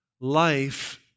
life